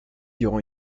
durant